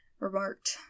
remarked